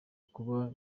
kuba